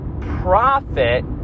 profit